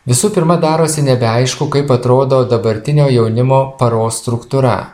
visų pirma darosi nebeaišku kaip atrodo dabartinio jaunimo paros struktūra